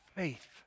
Faith